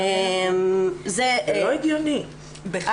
זה לא הגיוני, זה לא הגיוני.